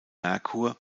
merkur